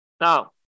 Now